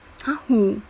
!huh! who